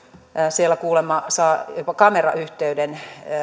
siellä kuulemma saa jopa kamerayhteyden